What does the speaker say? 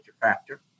factor